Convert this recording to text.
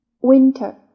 winter